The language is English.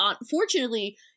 unfortunately